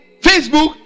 Facebook